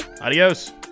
Adios